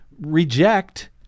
reject